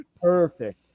perfect